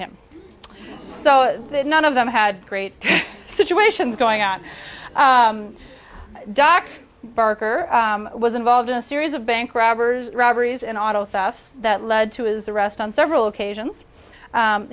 him so none of them had great situations going on doc barker was involved in a series of bank robbers robberies and auto theft that led to his arrest on several occasions